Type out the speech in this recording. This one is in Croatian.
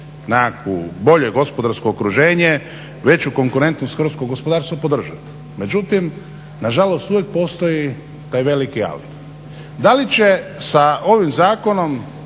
nekakvo bolje gospodarsko okruženje, veću konkurentnost hrvatskog gospodarstva podržati. Međutim, nažalost uvijek postoji taj veliki ali. Da li će sa ovim zakonom